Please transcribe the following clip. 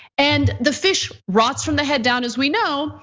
and the fish rots from the head down as we know.